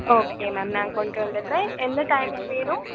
okay ma'am நான் கொண்டுட்டு வந்துடுறேன் எந்த டைமிங் வேணும்